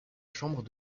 chambre